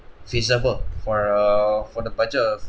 feasible for err for the budget of